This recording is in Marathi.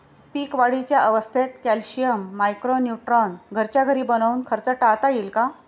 पीक वाढीच्या अवस्थेत कॅल्शियम, मायक्रो न्यूट्रॉन घरच्या घरी बनवून खर्च टाळता येईल का?